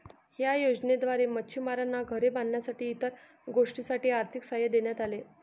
या योजनेद्वारे मच्छिमारांना घरे बांधण्यासाठी इतर गोष्टींसाठी आर्थिक सहाय्य देण्यात आले